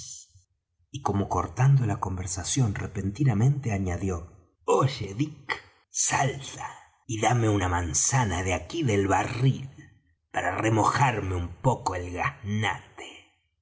y como cortando la conversación repentinamente añadió oye dick salta y dame una manzana de aquí del barril para remojarme un poco el gaznate